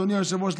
אדוני היושב-ראש,